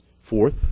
Fourth